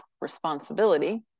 responsibility